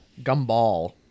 Gumball